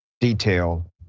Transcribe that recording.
detail